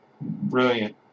Brilliant